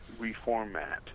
reformat